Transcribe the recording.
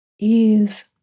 ease